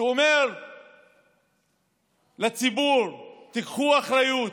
שאומר לציבור: תיקחו אחריות.